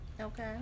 Okay